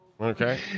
Okay